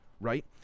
right